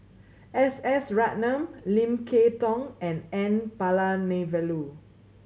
S S Ratnam Lim Kay Tong and N Palanivelu